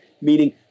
meaning